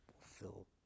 fill